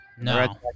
No